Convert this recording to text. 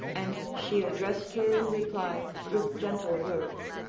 and she addressed her in reply with gentle words